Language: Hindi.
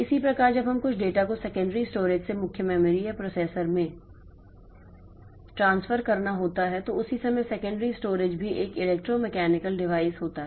इसी प्रकार जब हमें कुछ डेटा को सेकेंडरी स्टोरेज से मुख्य मेमोरी या प्रोसेसर में ट्रांसफर करना होता है तो उसी समय सेकेंडरी स्टोरेज भी एक इलेक्ट्रोमैकेनिकल डिवाइस होता है